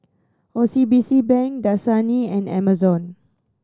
O C B C Bank Dasani and Amazon